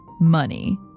money